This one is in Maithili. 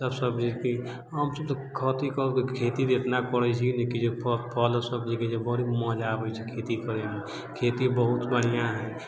सब सब्जीके हमसब तऽ खेती भी इतना करैत छियै ने कि जे फल सब्जीके जे बड़ी मजा आबैत छै खेती करैमे खेती बहुत बढ़िआँ हइ